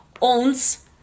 owns